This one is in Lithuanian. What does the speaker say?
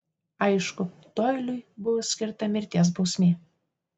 aišku doiliui buvo skirta mirties bausmė